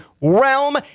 realm